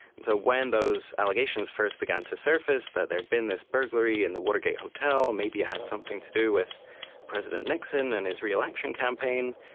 and so when those allegations first began to surface, that there had been this burglary in the watergate hotel and maybe it had something to do with president nixon and his re-election campaign,